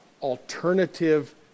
alternative